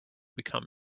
become